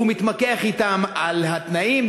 הוא מתמקח אתם על התנאים,